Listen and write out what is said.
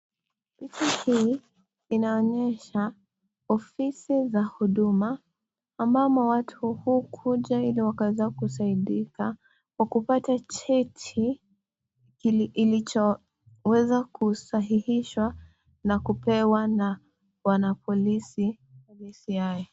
Ofisi hii inaonyesha ofisi za huduma , ambamo watu hukuja ili wakaweza kusaidika kwa kupata cheti ilochoweza kusahihishwa na kupewa na wanapolisi wa dci .